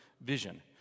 vision